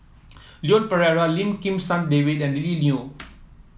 Leon Perera Lim Kim San David and Lily Neo